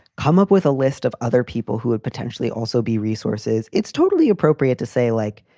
come up with a list of other people who would potentially also be resources. it's totally appropriate to say, like,